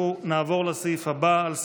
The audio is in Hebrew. אנחנו נעבור לסעיף הבא על סדר-היום: